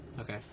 Okay